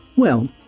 well,